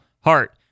heart